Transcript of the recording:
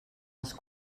els